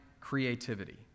creativity